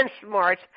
smart